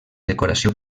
decoració